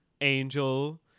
Angel